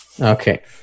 Okay